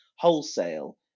wholesale